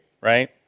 right